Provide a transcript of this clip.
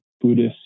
Buddhist